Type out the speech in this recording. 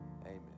Amen